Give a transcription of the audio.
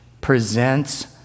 presents